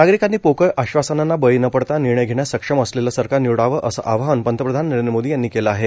नागरिकांनी पोकळ आश्वासनांना बळी न पडता निर्णय घेण्यास सक्षम असलेलं सरकार निवडावं असं आवाहन पंतप्रधान नरेंद्र मोदी यांनी केलं आहे